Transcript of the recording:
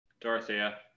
Dorothea